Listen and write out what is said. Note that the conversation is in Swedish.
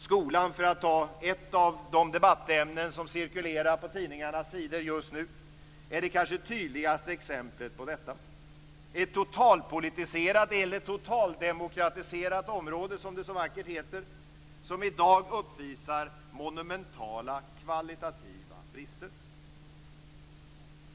Skolan, för att ta ett av de debattämnen som cirkulerar på tidningarnas sidor just nu, är det kanske tydligaste exemplet på detta. Det är ett totalpolitiserat område - eller totaldemokratiserat, som det så vackert heter - som i dag uppvisar monumentala kvalitativa brister.